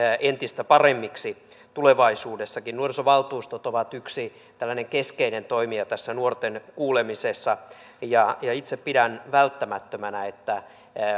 entistä paremmiksi tulevaisuudessakin nuorisovaltuustot ovat yksi tällainen keskeinen toimija tässä nuorten kuulemisessa ja ja itse pidän välttämättömänä että